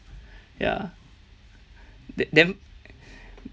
ya then then